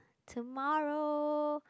tomorrow